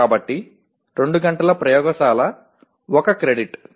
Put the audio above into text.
కాబట్టి 2 గంటల ప్రయోగశాల 1 క్రెడిట్